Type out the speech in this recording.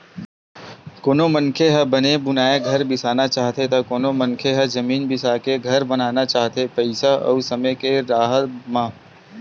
कोनो मनखे ह बने बुनाए घर बिसाना चाहथे त कोनो ह जमीन बिसाके घर बनाना चाहथे पइसा अउ समे के राहब म